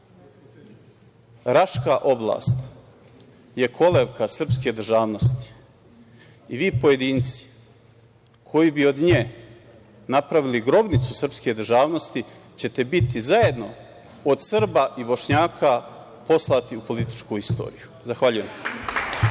Raška oblast je kolevka srpske državnosti i vi pojedinci koji bi od nje napravili grobnicu srpske državnosti ćete biti zajedno od Srba i Bošnjaka poslati u političku istoriju. Zahvaljujem.